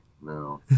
no